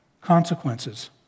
consequences